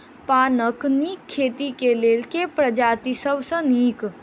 पानक नीक खेती केँ लेल केँ प्रजाति सब सऽ नीक?